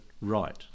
right